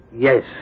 Yes